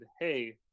hey